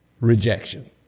rejection